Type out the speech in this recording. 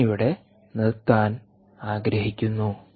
ഞാൻ ഇവിടെ നിർത്താൻ ആഗ്രഹിക്കുന്നു